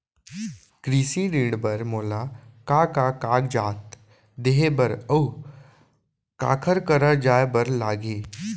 कृषि ऋण बर मोला का का कागजात देहे बर, अऊ काखर करा जाए बर लागही?